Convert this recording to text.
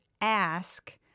ask